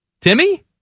Timmy